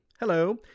Hello